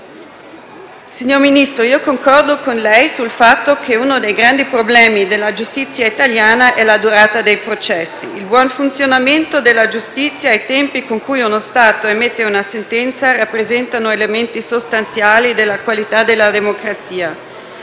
signor Ministro, sul fatto che uno dei grandi problemi della giustizia italiana sia la durata dei processi. Il buon funzionamento della giustizia e i tempi con cui uno Stato emette una sentenza rappresentano elementi sostanziali della qualità della democrazia.